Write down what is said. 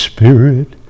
Spirit